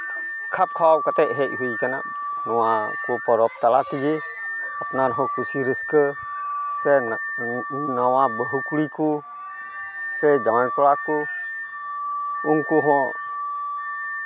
ᱠᱷᱟᱯ ᱠᱷᱟᱣᱟᱣ ᱠᱟᱛᱮ ᱦᱮᱡ ᱦᱩᱭ ᱠᱟᱱᱟ ᱱᱚᱣᱟ ᱠᱚ ᱯᱚᱨᱚᱵᱽ ᱛᱟᱞᱟ ᱛᱮᱜᱮ ᱟᱯᱱᱟᱨ ᱦᱚᱸ ᱠᱩᱥᱤ ᱨᱟᱹᱥᱠᱟᱹ ᱥᱮ ᱱᱟᱣᱟ ᱵᱟᱹᱦᱩ ᱠᱩᱲᱤ ᱠᱚ ᱡᱟᱶᱟᱭ ᱠᱚᱲᱟ ᱦᱚᱸ ᱩᱱᱠᱩ ᱦᱚᱸ